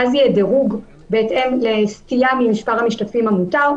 ואז יהיה דירוג בהתאם לסטייה ממספר המשתתפים המותר,